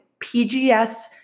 PGS